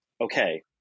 okay